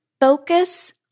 focus